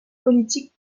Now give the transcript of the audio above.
politiques